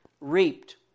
reaped